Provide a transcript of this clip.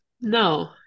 No